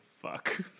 fuck